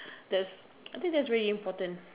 this I think that's really important